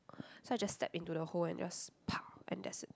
so I just step into the hole and just !pa! and that's it